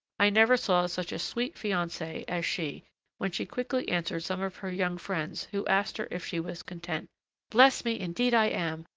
i never saw such a sweet fiancee as she when she quickly answered some of her young friends who asked her if she was content bless me! indeed i am!